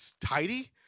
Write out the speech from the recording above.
tidy